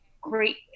great